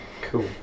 Cool